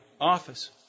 office